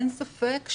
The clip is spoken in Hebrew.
אין ספק,